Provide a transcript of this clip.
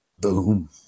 Boom